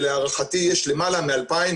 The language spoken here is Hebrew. להערכתי יש למעלה מ-2,000,